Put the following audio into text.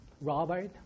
Robert